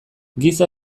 giza